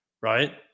Right